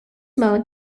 mode